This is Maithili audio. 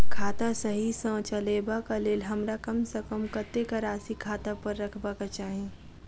खाता सही सँ चलेबाक लेल हमरा कम सँ कम कतेक राशि खाता पर रखबाक चाहि?